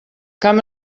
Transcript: camp